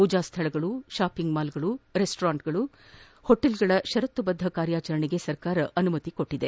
ಮೂಜಾ ಸ್ಥಳಗಳು ಶಾಪಿಂಗ್ ಮಾಲ್ಗಳು ರೆಸ್ಟೋರೆಂಟ್ ಮತ್ತು ಹೋಟೆಲ್ಗಳ ಶರತ್ತುಬದ್ಧ ಕಾರ್ಯಾಚರಣೆಗೆ ಸರ್ಕಾರ ಅನುಮತಿ ನೀಡಿದೆ